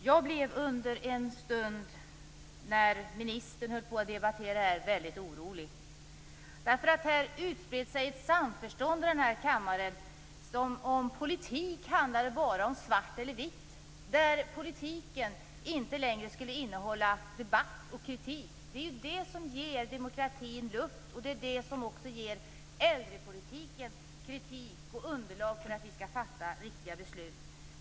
Fru talman! När ministern debatterade här blev jag för en stund väldigt orolig. Det spred sig ett samförstånd i den här kammaren, som om politik bara handlade om svart och vitt, som om den inte längre skulle innehålla debatt och kritik. Det är ju det som ger demokratin luft och som också ger äldrepolitiken kritik och underlag för att vi skall fatta riktiga beslut.